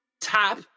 top